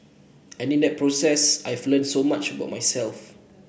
and in that process I've learnt so much about myself